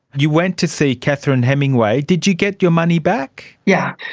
you went to see catherine hemingway. did you get your money back? yeah